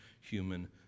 human